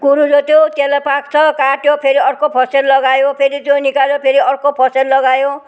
गोरु जोत्यो त्यसलाई पाक्छ काट्यो फेरि अर्को फसल लगायो फेरि त्यो निकाल्यो फेरि अर्को फसल लगायो